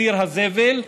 "ציר הזבל".